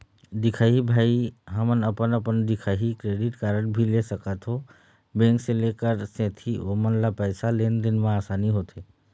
दिखाही भाई हमन अपन अपन दिखाही क्रेडिट कारड भी ले सकाथे बैंक से तेकर सेंथी ओमन ला पैसा लेन देन मा आसानी होथे?